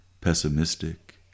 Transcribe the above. pessimistic